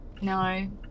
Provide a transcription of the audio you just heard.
no